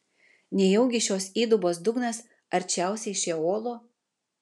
nejaugi šios įdubos dugnas arčiausiai šeolo